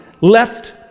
left